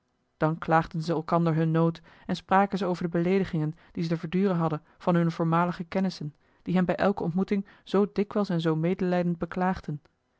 dan klaagden ze elkander hun nood en spraken ze over de beleedigingen die ze te verduren hadden van hunne voormalige kennissen die hen bij elke ontmoeting zoo dikwijls en zoo medelijdend beklaagden